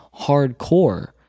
hardcore